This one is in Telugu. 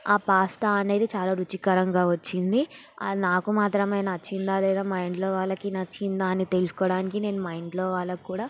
ఆ పాస్తా అనేది చాలా రుచికరంగా వచ్చింది అది నాకు మాత్రమే నచ్చిందా లేదా మా ఇంట్లో వాళ్లకి నచ్చిందా అని తెలుసుకోవడానికి నేను మా ఇంట్లో వాళ్లక్కూడా